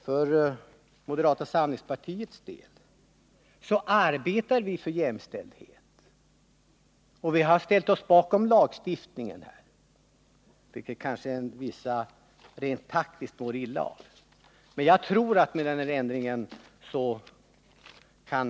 För moderata samlingspartiets del arbetar vi för jämställdhet, och vi har också ställt oss bakom lagstiftningen — vilket vissa personer kanske mår illa av rent taktiskt.